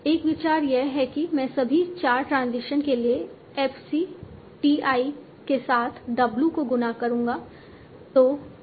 एक विचार यह है कि मैं सभी चार ट्रांजिशन के लिए f c t i के साथ w को गुणा करूँगा